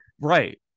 Right